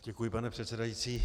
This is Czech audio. Děkuji, pane předsedající.